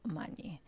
money